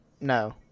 No